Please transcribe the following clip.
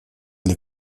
для